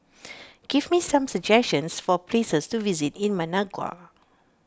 give me some suggestions for places to visit in Managua